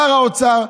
שר האוצר,